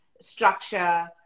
structure